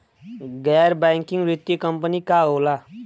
गैर बैकिंग वित्तीय कंपनी का होला?